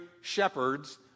shepherds